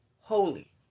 holy